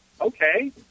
okay